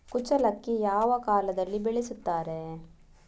ಕುಚ್ಚಲಕ್ಕಿ ಯಾವ ಕಾಲದಲ್ಲಿ ಬೆಳೆಸುತ್ತಾರೆ?